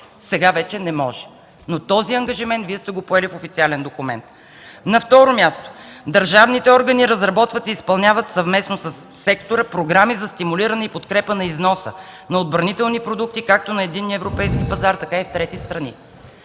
Сега вече не може. Но този ангажимент Вие сте го поели в официален документ. На второ място – „Държавните органи разработват и изпълняват съвместно със сектора програми за стимулиране и подкрепа на износа на отбранителни продукти както на единния европейски пазар, така и в трети страни”.